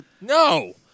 No